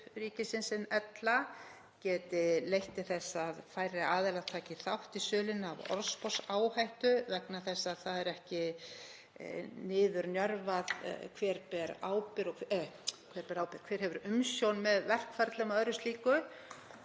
ríkisins en ella, geti leitt til þess að færri aðilar taki þátt í sölunni af orðsporsáhættu, vegna þess að það er ekki niðurnjörvað hver ber ábyrgð, hver hefur umsjón með verkferlum og öðru slíku.